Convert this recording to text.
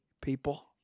people